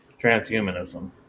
transhumanism